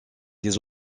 des